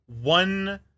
one